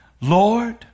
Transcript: Lord